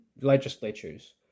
legislatures